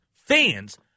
Fans